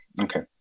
Okay